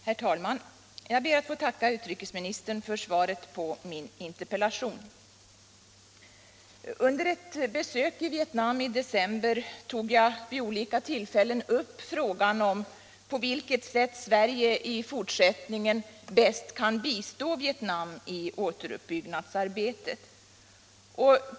Herr talman! Jag ber att få tacka utrikesministern för svaret på min interpellation. Under ett besök i Vietnam i december tog jag vid olika tillfällen upp frågan, på vilket sätt Sverige i fortsättningen bäst kan bistå Vietnam i återuppbyggnadsarbetet.